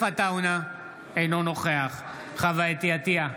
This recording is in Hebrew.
אינו נוכח חוה אתי עטייה,